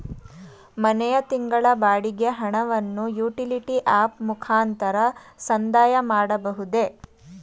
ಮನೆಯ ತಿಂಗಳ ಬಾಡಿಗೆ ಹಣವನ್ನು ಯುಟಿಲಿಟಿ ಆಪ್ ಮುಖಾಂತರ ಸಂದಾಯ ಮಾಡಬಹುದೇ?